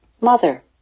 Mother